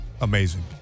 amazing